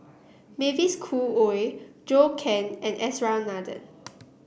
Mavis Khoo Oei Zhou Can and S R Nathan